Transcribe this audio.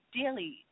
daily